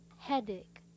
Headache